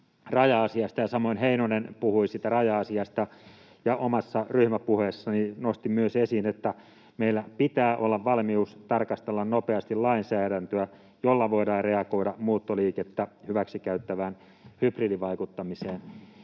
samoin Heinonen puhui siitä raja-asiasta, ja omassa ryhmäpuheessani nostin myös esiin, että meillä pitää olla valmius tarkastella nopeasti lainsäädäntöä, jolla voidaan reagoida muuttoliikettä hyväksi käyttävään hybridivaikuttamiseen.